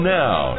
now